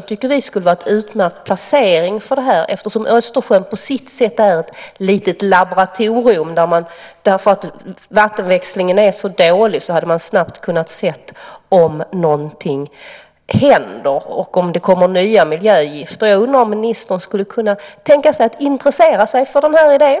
tycker att det skulle vara en utmärkt placering vid Östersjön, då Östersjön på sitt sätt är ett litet laboratorium. Eftersom vattenväxlingen är så dålig kan man snabbt se om någonting händer och om det kommer nya miljögifter. Jag undrar om ministern skulle kunna tänka sig att intressera sig för den idén.